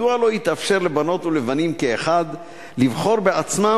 מדוע לא יתאפשר לבנות ולבנים כאחד לבחור בעצמם